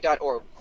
org